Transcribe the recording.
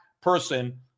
person